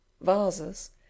vases